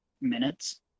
minutes